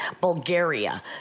Bulgaria